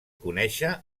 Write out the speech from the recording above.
conèixer